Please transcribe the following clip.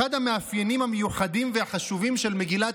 אחד המאפיינים המיוחדים והחשובים של מגילת